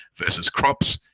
versus crops,